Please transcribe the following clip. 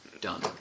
done